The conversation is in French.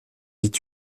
vit